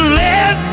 let